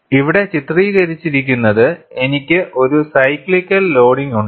ഇവിടെ ചിത്രീകരിച്ചിരിക്കുന്നത് എനിക്ക് ഒരു സൈക്ലിക്കൽ ലോഡിംഗ് ഉണ്ട്